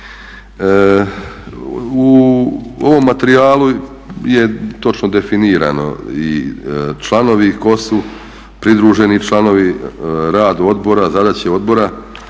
U ovom materijalu je točno definirano i članovi ko su, pridruženi članovi, rad odbora, zadaće odbora,